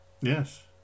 yes